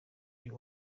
uyu